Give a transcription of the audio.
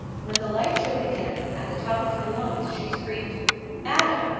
when the light showed again, at the top of her lungs she screamed adam,